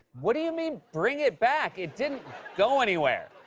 what do you mean, bring it back? it didn't go anywhere.